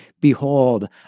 Behold